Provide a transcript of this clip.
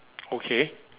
okay